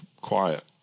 Quiet